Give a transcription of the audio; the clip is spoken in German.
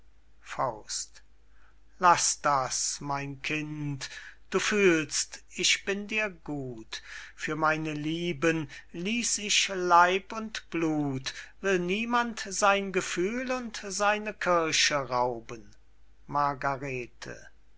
davon laß das mein kind du fühlst ich bin dir gut für meine lieben ließ ich leib und blut will niemand sein gefühl und seine kirche rauben margarete